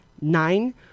nine